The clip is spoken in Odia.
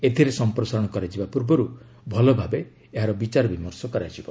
ଏଥିରେ ସଂପ୍ରସାରଣ କରାଯିବା ପୂର୍ବରୁ ଭଲଭାବେ ବିଚାର ବିମର୍ଶ କରାଯିବ